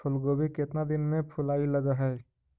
फुलगोभी केतना दिन में फुलाइ लग है?